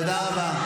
תודה רבה.